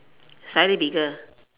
slightly bigger